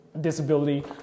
disability